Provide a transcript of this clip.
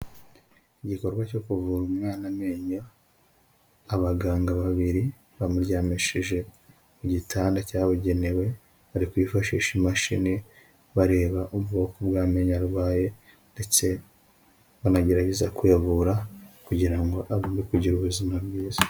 Igikorwa cyo kuvura umwana amenyo, abaganga babiri bamuryamishije mu gitanda cyabugenewe. Bari kwifashisha imashini bareba ubwoko bw'amenyo arwaye, ndetse banagerageza kuyavura kugira ngo abashe kugira ubuzima bwiza.